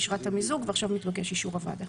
היא אישרה את המיזוג, ועכשיו מתבקש אישור הוועדה.